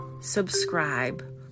subscribe